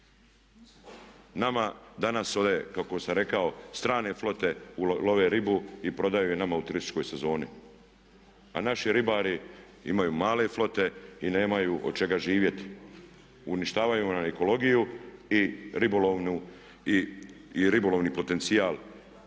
Nama danas kako sam rekao strane flote love ribu i prodaju je nama u turističkoj sezoni a naši ribari imaju male flote i nemaju od čega živjeti. Uništavaju nam ekologiju i ribolovni potencijal